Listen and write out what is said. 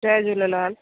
Jay Jhulelal